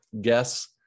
guess